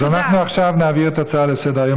אז אנחנו עכשיו נעביר את ההצעה לסדר-היום